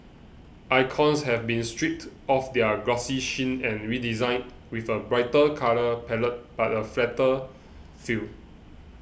icons have been stripped of their glossy sheen and redesigned with a brighter colour palette but a flatter feel